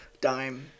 Dime